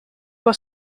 were